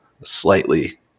slightly